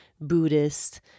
Buddhist